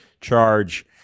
charge